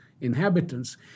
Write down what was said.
inhabitants